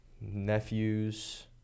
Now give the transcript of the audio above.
nephews